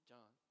John